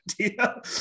idea